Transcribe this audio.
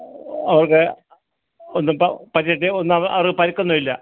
അവർക്ക് ഒന്നും പ പറ്റീട്ട് ഒന്ന് അവർക്ക് പരുക്കൊന്നും ഇല്ല